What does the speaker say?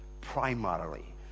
primarily